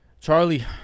Charlie